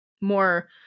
More